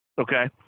Okay